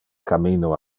cammino